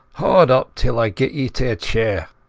haud up till i get ye to a chair